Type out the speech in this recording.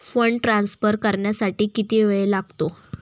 Fund transfer करण्यासाठी किती वेळ लागतो?